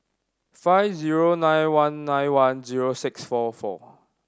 five zero nine one nine one zero six four four